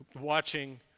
watching